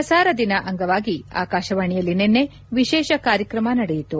ಪ್ರಸಾರ ದಿನ ಅಂಗವಾಗಿ ಆಕಾಶವಾಣಿಯಲ್ಲಿ ನಿನ್ನೆ ವಿಶೇಷ ಕಾರ್ಯಕ್ರಮ ನಡೆಯಿತು